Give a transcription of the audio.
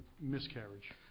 miscarriage